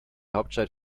hauptstadt